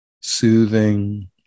soothing